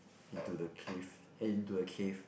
into the cave into the cave